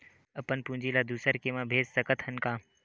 अपन पूंजी ला दुसर के मा भेज सकत हन का?